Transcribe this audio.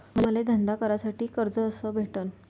मले धंदा करासाठी कर्ज कस भेटन?